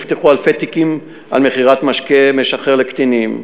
נפתחו אלפי תיקים על מכירת משקה משכר לקטינים,